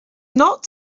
not